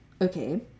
Okay